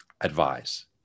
advise